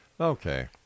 Okay